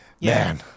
Man